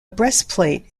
breastplate